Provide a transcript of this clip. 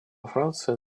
франции